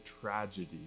tragedy